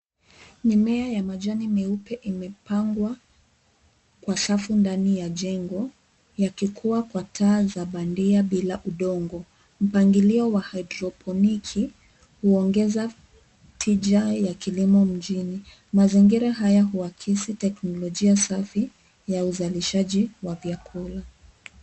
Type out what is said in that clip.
Mimea ya majani meupe imepangwa kwa safu ndani ya jengo, yakikuwa kwa taa za bandia bila udongo. Mpangilio wa hydroponiki huongeza tija ya kilimo mjini. Mazingira haya huakisi teknologia safi ya uzalishaji wa vyakula.